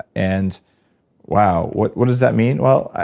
and wow, what what does that mean? well,